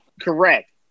Correct